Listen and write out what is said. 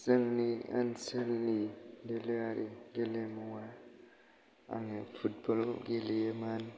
जोंनि ओनसोलनि गेलेयारि गेलेमुवा आङो फुटबलबो गेलेयोमोन